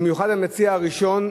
במיוחד המציע הראשון,